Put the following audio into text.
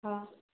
હા